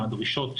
מהדרישות,